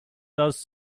does